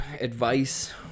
advice